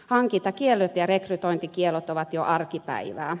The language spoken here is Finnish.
hankintakiellot ja rekrytointikiellot ovat jo arkipäivää